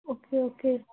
okay okay